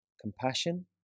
compassion